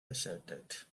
asserted